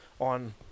on